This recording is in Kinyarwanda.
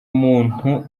muntu